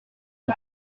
mon